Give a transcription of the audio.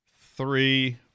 three